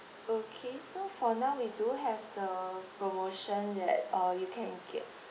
okay so for now we do have the promotion that uh you can get